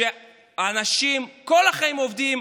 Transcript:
האנשים כל החיים עובדים,